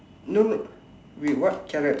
no no wait what carrot